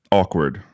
awkward